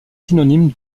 synonyme